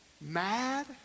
mad